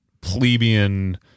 plebeian